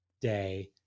day